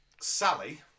Sally